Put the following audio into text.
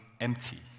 empty